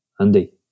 Andy